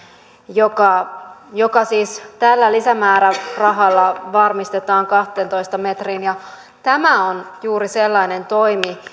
joka joka siis tällä lisämäärärahalla varmistetaan kahteentoista metriin tämä on juuri sellainen toimi